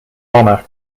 honor